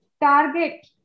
target